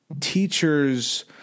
Teachers